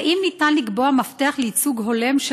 האם אפשר לקבוע מפתח לייצוג הולם של